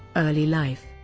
early life